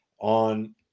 on